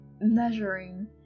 measuring